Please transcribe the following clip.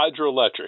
Hydroelectric